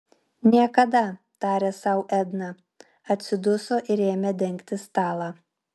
niekada tarė sau edna atsiduso ir ėmė dengti stalą